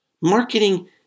marketing